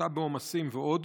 הפחתה בעומסים ועוד,